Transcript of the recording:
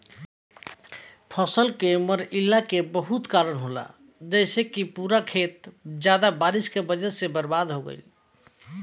फसल के मरईला के बहुत कारन होला जइसे कि पूरा खेत ज्यादा बारिश के वजह से बर्बाद हो गईल